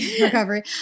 recovery